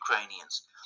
Ukrainians